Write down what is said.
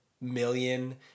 million